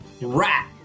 rat